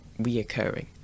reoccurring